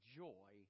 joy